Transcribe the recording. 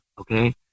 okay